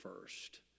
first